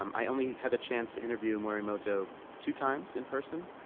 um i only had the chance to interview morimoto two times in person.